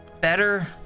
better